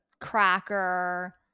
cracker